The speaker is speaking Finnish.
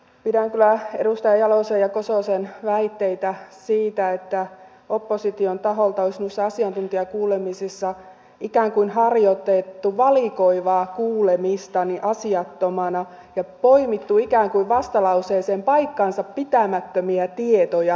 pidän kyllä edustaja jalosen ja edustaja kososen väitteitä siitä että opposition taholta olisi noissa asiantuntijakuulemisissa ikään kuin harjoitettu valikoivaa kuulemista asiattomina ja että ikään kuin olisi poimittu vastalauseeseen paikkaansa pitämättömiä tietoja